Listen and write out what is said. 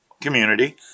community